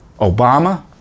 Obama